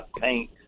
paint